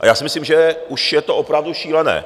Já si myslím, že už je to opravdu šílené.